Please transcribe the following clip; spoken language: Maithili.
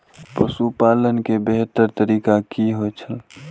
पशुपालन के बेहतर तरीका की होय छल?